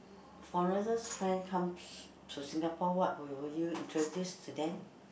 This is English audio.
foreigners friend comes to Singapore what will would you introduce to them